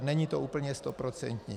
Není to úplně stoprocentní.